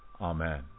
Amen